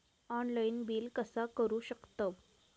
Online bill कसा करु शकतव?